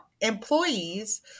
employees